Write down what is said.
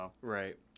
Right